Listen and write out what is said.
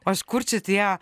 o iš kur čia tie